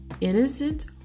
innocent